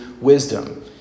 wisdom